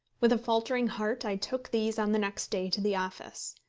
with a faltering heart i took these on the next day to the office.